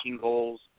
goals